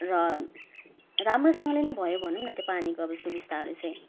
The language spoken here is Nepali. र राम्रोसँगले नै भयो भनौँ न त्यो पानीको अब सुविस्ताहरू चाहिँ